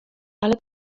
ale